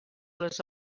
les